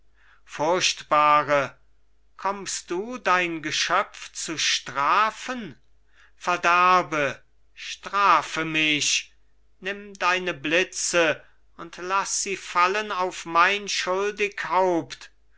furchtbare kommst du dein geschöpf zu strafen verderbe strafe mich nimm deine blitze und laß sie fallen auf mein schuldig haupt